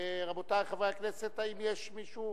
רבותי חברי הכנסת, האם יש מישהו